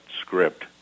script